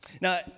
Now